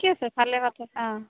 ঠিকে আছে ভালে কথা অঁ